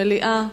מליאה.